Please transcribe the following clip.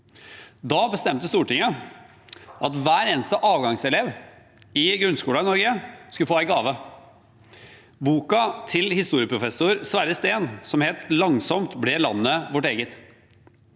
Da bestemte Stortinget at hver eneste avgangselev i grunnskolen i Norge skulle få en gave: boken til historieprofessor Sverre Steen, som het Langsomt ble landet vårt eget.